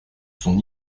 son